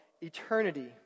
eternity